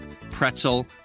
pretzel